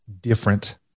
different